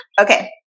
Okay